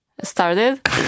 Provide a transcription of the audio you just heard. started